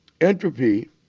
entropy